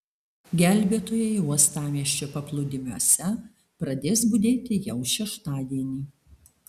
gelbėtojai uostamiesčio paplūdimiuose pradės budėti jau šeštadienį